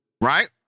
right